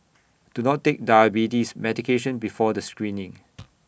do not take diabetes medication before the screening